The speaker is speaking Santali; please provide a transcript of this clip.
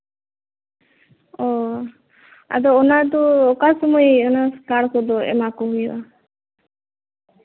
ᱚ ᱟᱫᱚ ᱚᱱᱟ ᱫᱚ ᱚᱠᱟ ᱥᱚᱢᱚᱭ ᱠᱟᱨᱰ ᱠᱚᱫᱚ ᱮᱢᱟ ᱠᱚ ᱦᱩᱭᱩᱜᱼᱟ